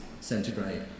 centigrade